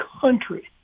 country